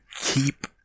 keep